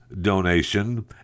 donation